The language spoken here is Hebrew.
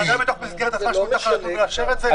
אתה עדיין בתוך מסגרת --- שצריך לאשר את זה?